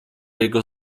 jego